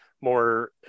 more